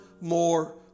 more